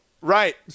Right